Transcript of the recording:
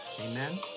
Amen